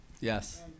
yes